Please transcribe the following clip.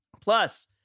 Plus